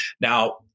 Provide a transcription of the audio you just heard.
Now